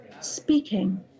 speaking